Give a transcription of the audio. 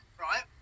right